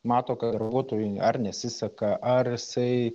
mato kad darbuotojui ar nesiseka ar jisai